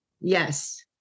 Yes